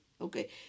okay